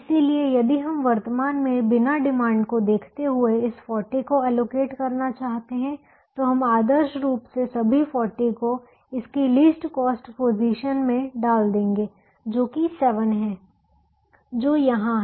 इसलिए यदि हम वर्तमान में बिना डिमांड को देखते हुए इस 40 को एलोकेट करना चाहते हैं तो हम आदर्श रूप से सभी 40 को इसकी लीस्ट कॉस्ट पोजीशन में डाल देंगे जो कि 7 है जो यहां है